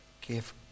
give